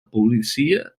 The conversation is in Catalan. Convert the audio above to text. policia